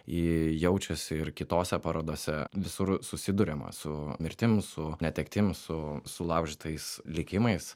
ji jaučiasi ir kitose parodose visur susiduriama su mirtim su netektim su sulaužytais likimais